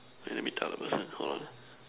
let me tell the person hold on